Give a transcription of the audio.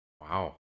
Wow